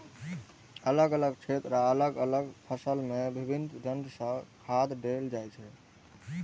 अलग अलग क्षेत्र आ अलग अलग फसल मे विभिन्न ढंग सं खाद देल जाइ छै